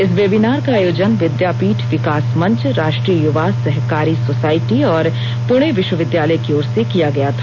इस वेबिनार का आयोजन विद्यापीठ विकास मंच राष्ट्रीय युवा सहकारी सोसाइटी और पुणे विश्वविद्यालय की ओर से किया गया था